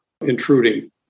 intruding